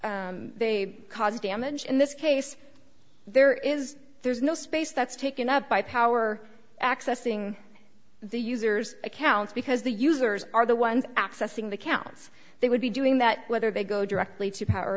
they they caused damage in this case there is there's no space that's taken up by power accessing the user's accounts because the users are the ones accessing the count's they would be doing that whether they go directly to power